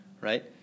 right